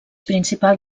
principal